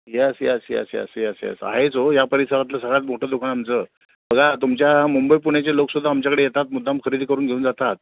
yes yes yes yes yes yes आहेच हो या परिसरातलं सगळ्यात मोठं दुकान आमचं बघा तुमच्या मुंबई पुण्याचे लोक सुद्धा आमच्याकडे येतात मुद्दाम खरेदी करून घेऊन जातात